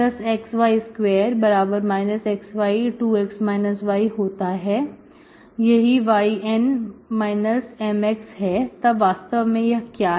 यही yN Mx है तब वास्तव में यह है क्या